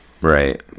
Right